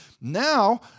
now